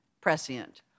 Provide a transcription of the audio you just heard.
prescient